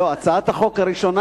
הצעת החוק הראשונה